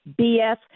bs